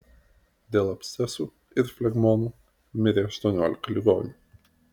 dėl abscesų ir flegmonų mirė aštuoniolika ligonių